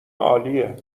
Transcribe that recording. عالیه